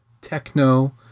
techno